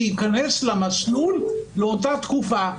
להיכנס למסלול לאותה תקופה.